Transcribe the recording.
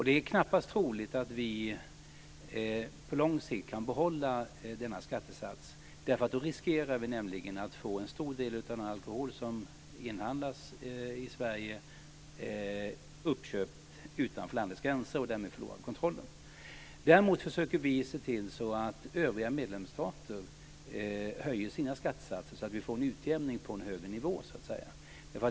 Det är knappast troligt att vi på lång sikt kan behålla denna skattesats. Vi riskerar nämligen att en stor del av den alkohol som nu inhandlas i Sverige i stället köps utanför landet gränser. Därmed förlorar vi kontrollen. Däremot försöker vi se till att övriga medlemsstater höjer sina skattesatser så att vi får en utjämning på en högre nivå.